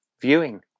viewing